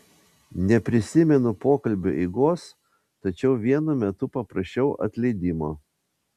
neprisimenu pokalbio eigos tačiau vienu metu paprašiau atleidimo